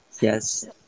yes